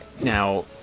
now